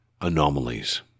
anomalies